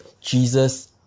Jesus